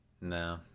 no